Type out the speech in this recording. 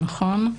נכון.